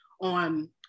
on